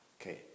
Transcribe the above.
Okay